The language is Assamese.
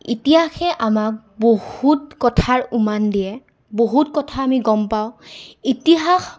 ইতিহাসে আমাক বহুত কথাৰ উমান দিয়ে বহুত কথা আমি গম পাওঁ ইতিহাস